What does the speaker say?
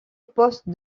poste